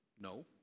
no